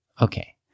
Okay